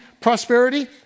prosperity